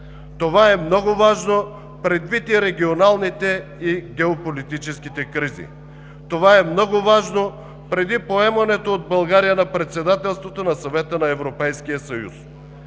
Това е много важно предвид и регионалните, и геополитическите кризи. Това е много важно преди поемането от България на Председателството на Съвета на Европейския съюз.